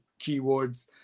keywords